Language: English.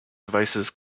devices